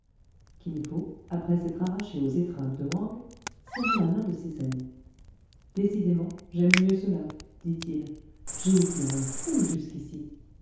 kin fo après s'être arraché aux étreintes de wang serrait la main de ses amis décidément j'aime mieux cela dit-il j'ai été un fou jusqu'ici